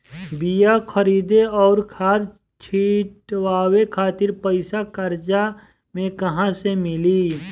बीया खरीदे आउर खाद छिटवावे खातिर पईसा कर्जा मे कहाँसे मिली?